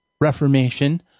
Reformation